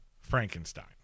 Frankenstein